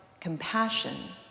compassion